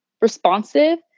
responsive